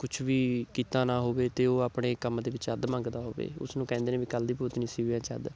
ਕੁਛ ਵੀ ਕੀਤਾ ਨਾ ਹੋਵੇ ਅਤੇ ਉਹ ਆਪਣੇ ਕੰਮ ਦੇ ਵਿੱਚ ਅੱਧ ਮੰਗਦਾ ਹੋਵੇ ਉਸ ਨੂੰ ਕਹਿੰਦੇ ਨੇ ਵੀ ਕੱਲ੍ਹ ਦੀ ਭੂਤਨੀ ਸਿਵਿਆਂ 'ਚ ਅੱਧ